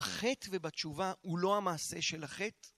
חטא ובתשובה הוא לא המעשה של החטא?